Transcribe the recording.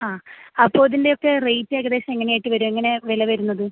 ആ അപ്പോള് ഇതിൻ്റെയൊക്കെ റേയ്റ്റേകദേശം എങ്ങനെയായിട്ട് വരും എങ്ങനെയാണു വില വരുന്നത്